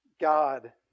God